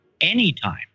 anytime